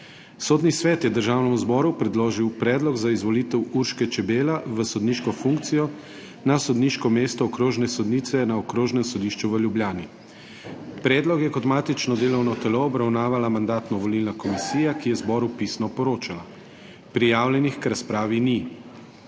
Sodni svet je Državnemu zboru predložil predlog za izvolitev Urške Čebela v sodniško funkcijo na sodniško mesto okrožne sodnice na Okrožnem sodišču v Ljubljani. Predlog je kot matično delovno telo obravnavala Mandatno-volilna komisija, ki je zboru pisno poročala. Prijavljenih k razpravi ni.